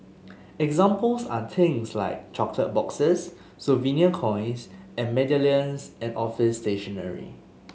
examples are things like chocolate boxes souvenir coins or medallions and office stationery